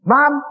Mom